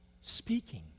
speaking